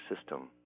system